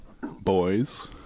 Boys